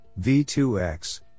V2X